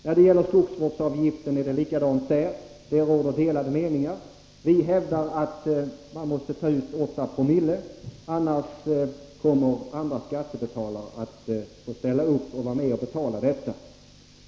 När det gäller skogsvårdsavgiften är det likadant. Det råder delade meningar. Vi hävdar att man måste ta ut 8 Zo. Annars kommer andra skattebetalare att få vara med och betala samhällets kostnader för skogsvården.